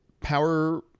power